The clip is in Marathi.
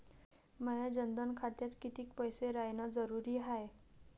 माया जनधन खात्यात कितीक पैसे रायन जरुरी हाय?